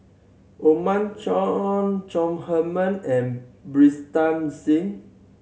Othman Chong Chong Heman and Pritam Singh